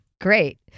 Great